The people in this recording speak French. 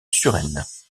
suresnes